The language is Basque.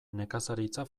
nekazaritza